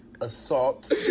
assault